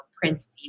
prince